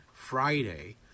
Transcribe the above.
Friday